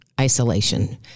isolation